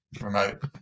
remote